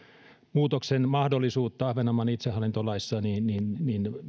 muutoksen mahdollisuutta ahvenanmaan itsehallintolaissa niin niin se